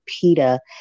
PETA